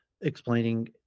explaining